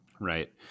Right